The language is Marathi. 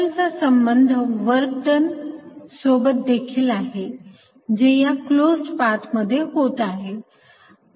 कर्ल चा संबंध वर्क डन सोबत देखील आहे जे या क्लोज्ड पाथ मध्ये होत आहे